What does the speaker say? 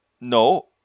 no